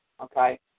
okay